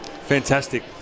Fantastic